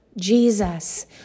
Jesus